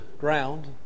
ground